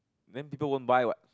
then people won't buy what